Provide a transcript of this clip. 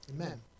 Amen